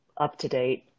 up-to-date